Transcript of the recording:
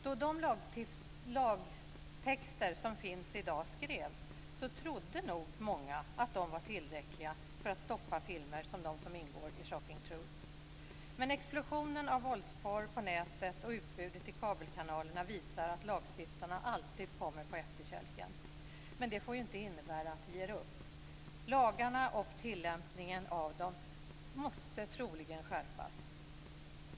Då de lagtexter som finns i dag skrevs trodde nog många att de var tillräckliga för att stoppa filmer som dem som ingår i Shocking Truth. Men explosionen av våldsporr på nätet och utbudet i kabelkanalerna visar att lagstiftarna alltid kommer på efterkälken. Men det får ju inte innebära att vi ger upp. Lagarna och tillämpningen av dem måste troligen skärpas.